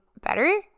better